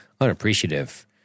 unappreciative